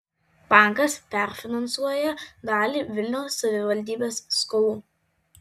bankas perfinansuoja dalį vilniaus savivaldybės skolų